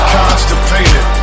Constipated